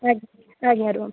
ଆଜ୍ଞା ଆଜ୍ଞା ରୁହନ୍ତୁ